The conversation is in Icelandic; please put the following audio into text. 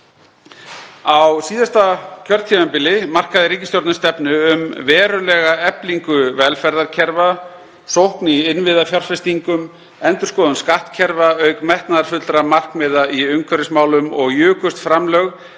Á síðasta kjörtímabili markaði ríkisstjórnin stefnu um verulega eflingu velferðarkerfa, stórsókn í innviðafjárfestingum, endurskoðun skattkerfa auk metnaðarfullra markmiða í umhverfismálum og jukust framlög